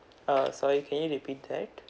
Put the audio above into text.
uh sorry can you repeat that